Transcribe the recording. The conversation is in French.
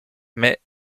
mais